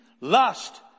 lust